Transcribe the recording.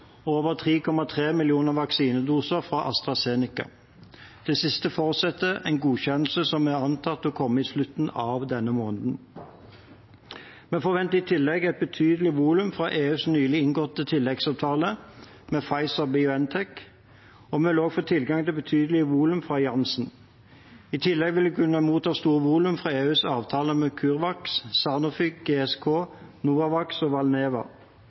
Det siste forutsetter en godkjennelse, som er antatt å komme i slutten av denne måneden. Vi forventer i tillegg et betydelig volum fra EUs nylig inngåtte tilleggsavtale med Pfizer-BioNTech. Vi vil også få tilgang til betydelige volum fra Janssen. I tillegg vil vi kunne motta store volum fra EUs avtaler med CureVac, Sanofi-GSK, Novavax og Valneva,